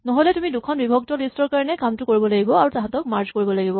নহ'লে তুমি দুখন বিভক্ত লিষ্ট ৰ কাৰণে কামটো কৰিব লাগিব আৰু তাহাঁতক মাৰ্জ কৰিব লাগিব